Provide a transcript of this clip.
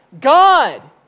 God